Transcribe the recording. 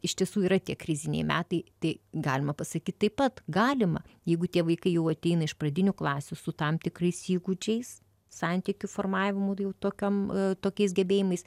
iš tiesų yra tie kriziniai metai tai galima pasakyt taip pat galima jeigu tie vaikai jau ateina iš pradinių klasių su tam tikrais įgūdžiais santykių formavimo ir jau tokiom tokiais gebėjimais